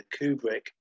Kubrick